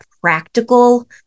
practical